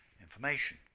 information